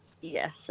Yes